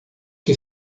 que